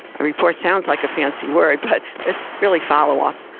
a report sounds like a fancy word, but it's really followup.